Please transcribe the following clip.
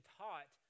taught